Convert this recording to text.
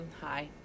Hi